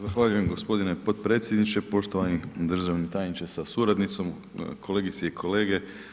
Zahvaljujem gospodine potpredsjedniče, poštovani državni tajniče sa suradnicom, kolegice i kolege.